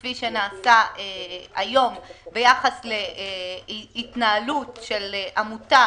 כפי שנעשה היום ביחס להתנהלות של עמותה